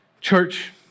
church